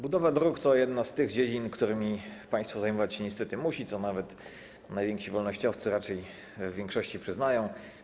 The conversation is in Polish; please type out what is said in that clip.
Budowa dróg to jedna z tych dziedzin, którymi państwo zajmować się niestety musi, co nawet najwięksi wolnościowcy raczej w większości przyznają.